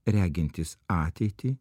regintis ateitį